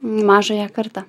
mažąją kartą